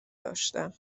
داشتم